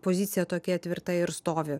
pozicija tokia tvirta ir stovi